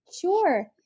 Sure